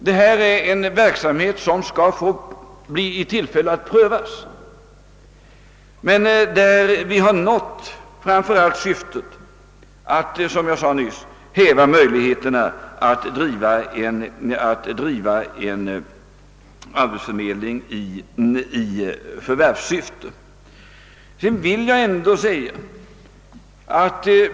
Detta är en verksamhet som måste få prövas, men den innebär — som jag nämnde — att vi har lyckats i vår avsikt att häva möjligheterna att driva en arbetsförmedling i förvärssyfte.